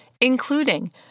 including